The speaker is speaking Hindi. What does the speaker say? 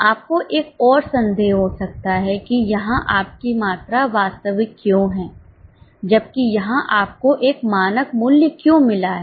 आपको एक और संदेह हो सकता है कि यहाँ आपकी मात्रा वास्तविक क्यों है जबकि यहाँ आपको एक मानक मूल्य क्यों मिला है